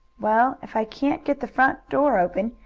well, if i can't get the front door open,